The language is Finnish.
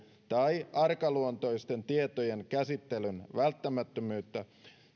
tai arkaluontoisten tietojen käsittelyn välttämättömyyttä